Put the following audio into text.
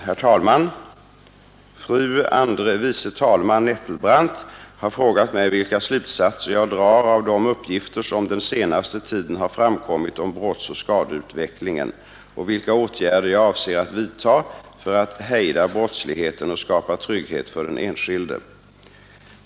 Herr talman! Fru andre vice talmannen Nettelbrandt har frågat mig vilka slutsatser jag drar av de uppgifter som den senaste tiden har framkommit om brottsoch skadeutvecklingen och vilka åtgärder jag avser att vidta för att hejda brottsligheten och skapa trygghet för den enskilde.